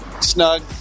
snug